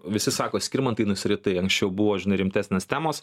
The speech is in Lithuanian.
visi sako skirmantai nusiritai anksčiau buvo žinai rimtesnės temos